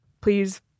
please